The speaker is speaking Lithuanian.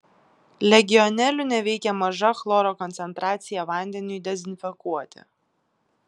legionelių neveikia maža chloro koncentracija vandeniui dezinfekuoti